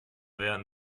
werden